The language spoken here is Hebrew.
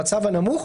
במצב הנמוך,